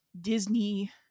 Disney